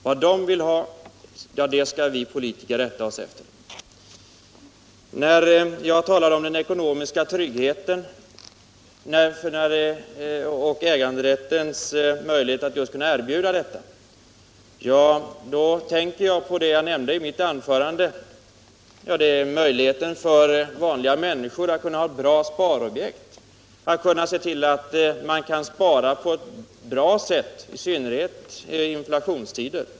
Vad de vill ha skall vi politiker rätta oss efter. När jag talar om den ekonomiska tryggheten och möjligheten att nå den genom äganderätt tänker jag på det jag nämnde i mitt huvudanförande, nämligen möjligheten för vanliga människor att ha sparobjekt, möjligheten att spara på ett bra sätt — i synnerhet i inflationstider.